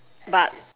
but